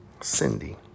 Cindy